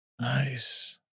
Nice